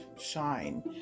shine